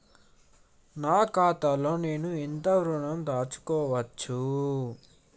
నా ఖాతాలో నేను ఎంత ఋణం దాచుకోవచ్చు?